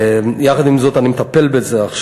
יחד עם זאת, אני מטפל בזה עכשיו.